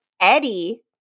Eddie